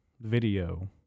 video